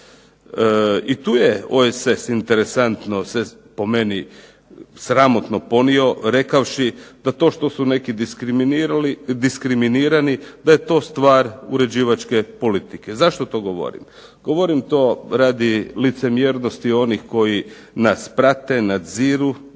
I tu je OSS interesantno se, po meni sramotno ponio rekavši da to što su neki diskriminirani da je to stvar uređivačke politike. Zašto to govorim? Govorim to radi licemjernosti onih koji nas prate, nadziru.